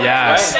Yes